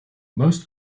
most